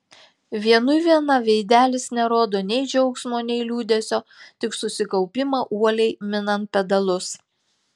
vienui viena veidelis nerodo nei džiaugsmo nei liūdesio tik susikaupimą uoliai minant pedalus